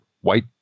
white